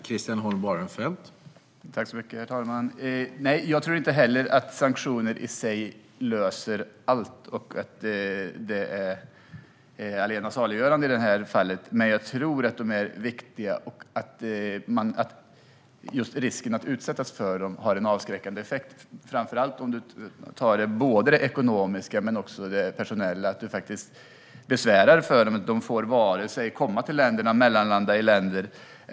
Herr talman! Jag tror inte heller att sanktioner i sig löser allt och är allena saliggörande i det här fallet. Men jag tror att de är viktiga och att just risken att utsättas för dem har en avskräckande effekt. Det gäller framför allt om man tar till både de ekonomiska och de personella sanktionerna - att man gör det besvärligt för dem och ser till att de varken får komma till eller mellanlanda i länder.